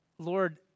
Lord